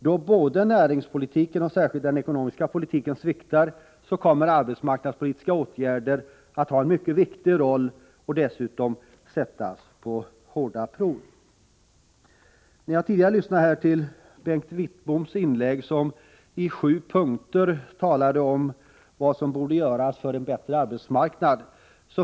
Då både näringspolitiken och särskilt den ekonomiska politiken sviktar kommer arbetsmarknadspolitiska åtgärder att ha en mycket viktig roll och dessutom att sättas på hårda prov. Jag lyssnade tidigare till Bengt Wittboms inlägg, där han i sju punkter beskrev vad som borde göras för en bättre arbetsmarknad.